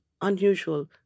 unusual